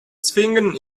zwingen